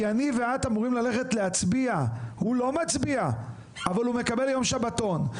כי אני ואת אמורים ללכת להצביע הוא לא מצביע אבל הוא מקבל יום שבתון,